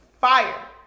fire